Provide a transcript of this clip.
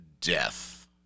death